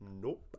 Nope